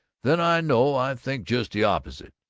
then i know i think just the opposite.